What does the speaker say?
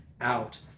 out